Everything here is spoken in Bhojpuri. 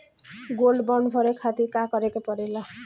गोल्ड बांड भरे खातिर का करेके पड़ेला?